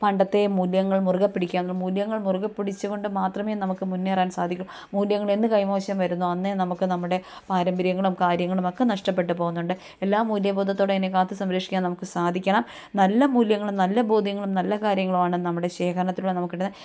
പണ്ടത്തെ മൂല്യങ്ങൾ മുറുകെ പിടിക്കാനും മൂല്യങ്ങൾ മുറുകെ പിടിച്ചു കൊണ്ട് മാത്രമേ നമുക്ക് മുന്നേറാൻ സാധിക്കൂ മൂല്യങ്ങൾ എന്ന് കൈമോശം വരുന്നു അന്നേ നമുക്ക് നമ്മുടെ പാരമ്പര്യങ്ങളും കാര്യങ്ങളും ഒക്കെ നഷ്ടപ്പെട്ട് പോകുന്നുണ്ട് എല്ലാ മൂല്യ ബോധത്തോടെ തന്നെ കാത്തു സംരക്ഷിക്കാൻ നമുക്ക് സാധിക്കണം നല്ല മൂല്യങ്ങളും നല്ല ബോധ്യങ്ങളും നല്ല കാര്യങ്ങളും ആണ് നമ്മുടെ ശേഖരണത്തിലൂടെ നമുക്ക് കിട്ടുന്നത്